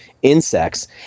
insects